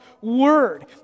word